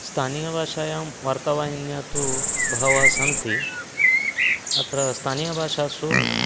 स्थानीयभाषायां वार्तावाहिन्यः तु बहवः सन्ति अत्र स्थानीयभाषासु